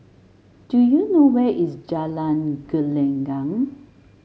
do you know where is Jalan Gelenggang